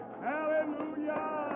Hallelujah